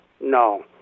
no